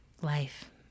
life